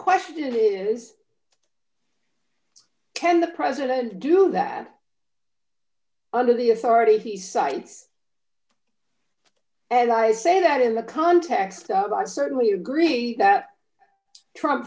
question is can the president do that under the authority he cites and i say that in the context of i'd certainly agree that trump